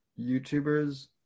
YouTubers